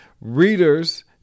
Readers